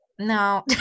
No